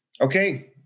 okay